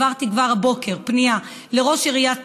העברתי כבר הבוקר פנייה לראש עיריית